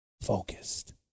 Focused